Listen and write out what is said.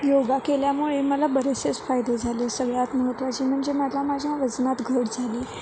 योगा केल्यामुळे मला बरेचसे फायदे झाले सगळ्यात महत्त्वाचे म्हणजे माझ्या माझ्या वजनात घट झाली